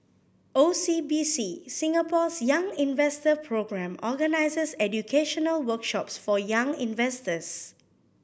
O C B C Singapore's Young Investor Programme organizes educational workshops for young investors